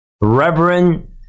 Reverend